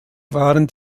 waren